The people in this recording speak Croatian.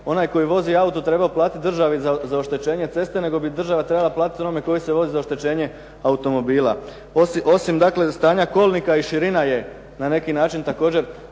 onaj koji vozi auto trebao platiti državi za oštećenje ceste nego bi država trebala platiti onome koji se vozi za oštećenje automobila. Osim dakle stanja kolnika i širina je na neki način također